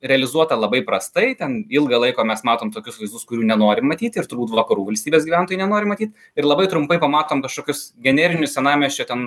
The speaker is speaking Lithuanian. realizuota labai prastai ten ilgą laiką mes matom tokius vaizdus kurių nenorim matyt ir turbūt vakarų valstybės gyventojai nenori matyt ir labai trumpai pamatom kažkokius generinius senamiesčio ten